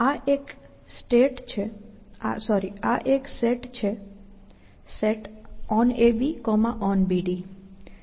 આ એક સેટ છે OnAB OnBD